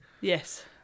Yes